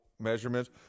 measurements